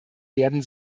werden